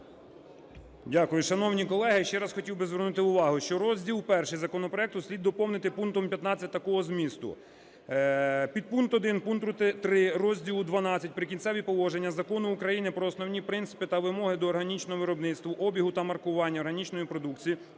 Дякую. Шановні колеги, ще раз хотів би звернути увагу, що розділ І законопроекту слід доповнити пунктом 15 такого змісту: "Підпункт 1 пункту 3 Розділу ХІІ "Прикінцеві положення" Закону України "Про основні принципи та вимоги до органічного виробництва, обігу та маркування органічної продукції"